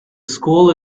school